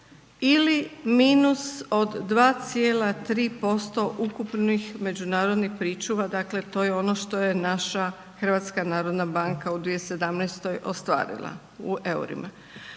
ili minus od 2,3% ukupnih međunarodnih pričuva, dakle to je ono što je naša HNB u 2017. ostvarila u eurima.